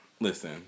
listen